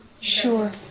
Sure